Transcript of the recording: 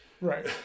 Right